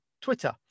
twitter